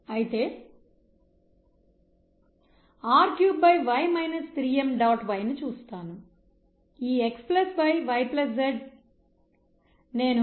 xxxxyyzzr5mxxr3 3m